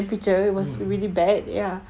mm